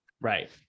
Right